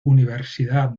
universidad